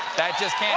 that just